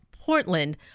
Portland